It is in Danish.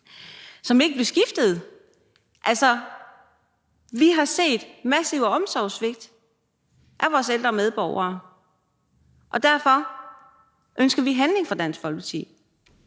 som ikke blev skiftet. Vi har set massive omsorgssvigt af vores ældre medborgere, og derfor ønsker vi fra Dansk Folkeparti